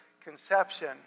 conception